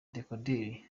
dekoderi